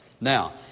Now